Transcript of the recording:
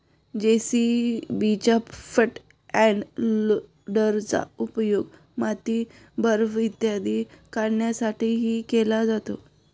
जे.सी.बीच्या front end लोडरचा उपयोग माती, बर्फ इत्यादी काढण्यासाठीही केला जातो